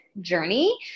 journey